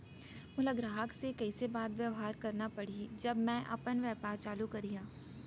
मोला ग्राहक से कइसे बात बेवहार करना पड़ही जब मैं अपन व्यापार चालू करिहा?